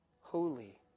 holy